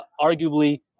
arguably